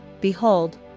Behold